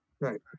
Right